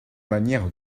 manières